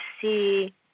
see